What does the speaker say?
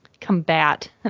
combat